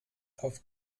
auf